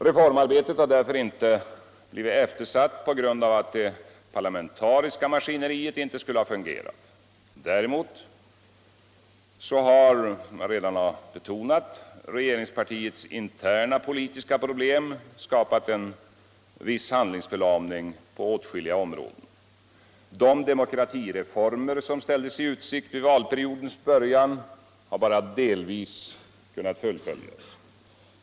Reformarbetet har därför inte blivit eftersatt på grund av att det parlamentariska maskineriet inte fungerat. Däremot har, som jag redan betonat, regeringspartiets interna politiska problem skapat en viss handlingsförlamning på åtskilliga områden. De demokratireformer som ställdes i utsikt vid valperiodens början har bara delvis kunnat fullföljas.